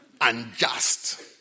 Unjust